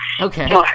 Okay